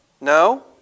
No